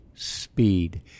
speed